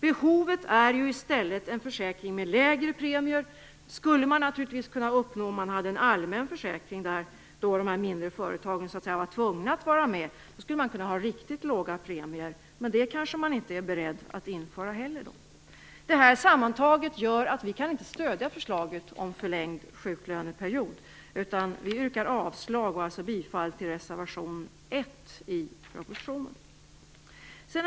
Behovet är ju i stället en försäkring med lägre premie. Det skulle naturligtvis kunna uppnås genom en allmän försäkring som de mindre företagen var tvungna att teckna. Därigenom skulle man kunna ha riktigt låga premier. Men regeringen kanske inte heller är beredd att införa en sådan. Detta sammantaget gör att vi inte kan stödja förslaget om förlängd sjuklöneperiod. Vi yrkar avslag på utskottets hemställan och bifall till reservation 1.